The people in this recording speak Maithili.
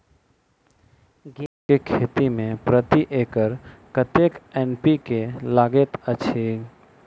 गेंहूँ केँ खेती मे प्रति एकड़ कतेक एन.पी.के लागैत अछि?